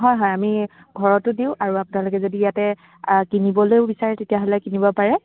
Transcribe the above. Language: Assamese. হয় হয় আমি ঘৰতো দিওঁ আৰু আপোনালোকে যদি ইয়াতে কিনিবলৈও বিচাৰে তেতিয়া হ'লে কিনিব পাৰে